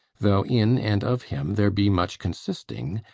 though in and of him there be much consisting,